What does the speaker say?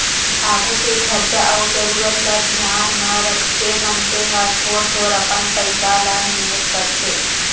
आघु के खरचा अउ जरूरत ल धियान म रखके मनसे ह थोर थोर अपन पइसा ल निवेस करथे